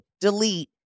delete